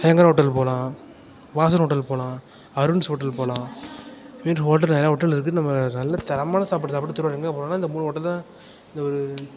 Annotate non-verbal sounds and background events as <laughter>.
ஐயங்கார் ஹோட்டலுக்கு போகலாம் வாசன் ஹோட்டலுக்கு போகலாம் அருண்ஸ் ஹோட்டல் போகலாம் <unintelligible> ஹோட்டலு நிறையா ஹோட்டல் இருக்குது நம்ம நல்ல தரமான சாப்பாடு சாப்பிட திருவாரூர்ல எங்கெங்க போகலான்னா இந்த மூணு ஹோட்டல்ல இந்த ஒரு